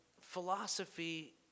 philosophy